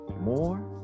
more